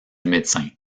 médecin